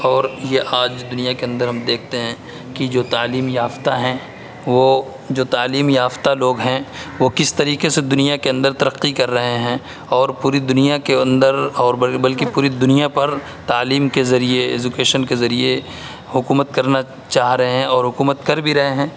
اور یہ آج دنیا کے اندر ہم دیکھتے ہیں کہ جو تعلیم یافتہ ہیں وہ جو تعلیم یافتہ لوگ ہیں وہ کس طریقے سے دنیا کے اندر ترقّّی کر رہے ہیں اور پوری دنیا کے اندر اور بلکہ پوری دنیا پر تعلیم کے ذریعے ایجوکیشن کے ذریعے حکومت کرنا چاہ رہے ہیں اور حکومت کر بھی رہے ہیں